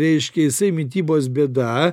reiškia jisai mitybos bėda